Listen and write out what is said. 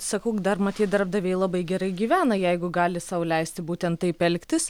sakau dar matyt darbdaviai labai gerai gyvena jeigu gali sau leisti būtent taip elgtis